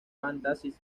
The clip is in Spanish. fantasy